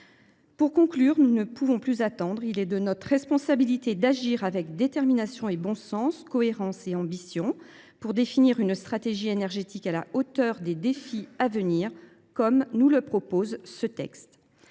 pour 2025. Nous ne pouvons plus attendre. Il est de notre responsabilité d’agir avec détermination et bon sens, cohérence et ambition, pour définir une stratégie énergétique à la hauteur des défis à venir, comme le prévoit ce texte.